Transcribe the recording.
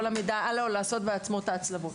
המידע הלאה או לעשות בעצמו את ההצלבות.